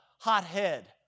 hothead